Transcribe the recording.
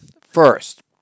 First